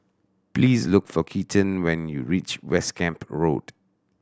please look for Keaton when you reach West Camp Road